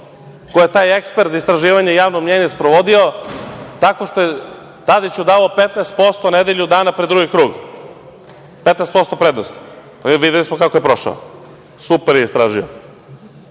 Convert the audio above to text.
koje je taj ekspert za istraživanje javnog mnjenja sprovodio, tako što je Tadiću davao 15% nedelju dana pred drugi krug, 15% prednosti. Videli smo kako je prošao. Super je istražio,